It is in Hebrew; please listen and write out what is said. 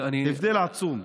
הבדל עצום.